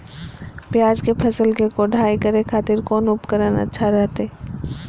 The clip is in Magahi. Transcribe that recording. प्याज के फसल के कोढ़ाई करे खातिर कौन उपकरण अच्छा रहतय?